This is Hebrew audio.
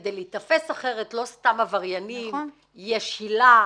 כדי להיתפס אחרת, לא סתם עבריינים, יש הילה,